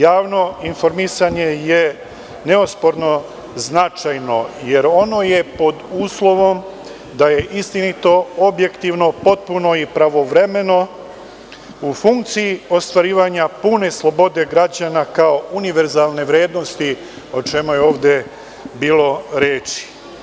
Javno informisanje je neosporno značajno, jer ono je, pod uslovom da je istinito, objektivno, potpuno i pravovremeno, u funkciji ostvarivanja pune slobode građana kao univerzalne vrednosti, o čemu je ovde bilo reči.